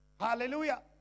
hallelujah